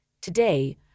Today